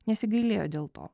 nesigailėjo dėl to